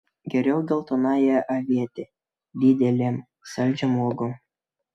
geriau geltonąją avietę didelėm saldžiom uogom